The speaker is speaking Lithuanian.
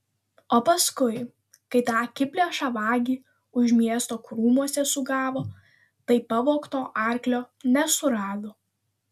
o paskui kai tą akiplėšą vagį už miesto krūmuose sugavo tai pavogto arklio nesurado